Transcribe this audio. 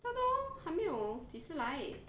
他都还没有几时来